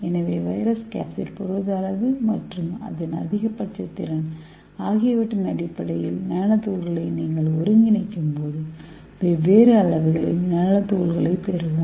எனவே virus capsid புரத அளவு மற்றும் அதன் அதிகபட்ச திறன் ஆகியவற்றின் அடிப்படையில் நானோ துகள்களை நீங்கள் ஒருங்கிணைக்கும்போது வெவ்வேறு அளவுகளில் நானோ துகள்களைப் பெறுவோம்